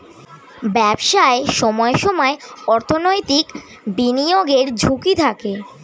ব্যবসায় সময়ে সময়ে অর্থনৈতিক বিনিয়োগের ঝুঁকি থাকে